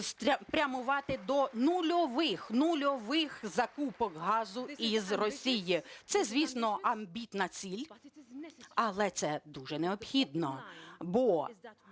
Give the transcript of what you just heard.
до нульових закупок газу із Росії. Це, звісно, амбітна ціль, але це дуже необхідно, бо